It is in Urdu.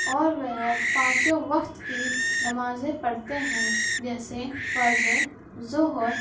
اور وہ پانچوں وقت کی نمازیں پڑھتے ہیں جیسے فجر ظہر